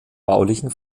baulichen